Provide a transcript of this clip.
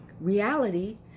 reality